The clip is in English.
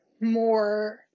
more